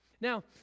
Now